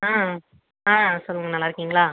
ஆ ஆ சொல்லுங்கள் நல்லாருக்கீங்களா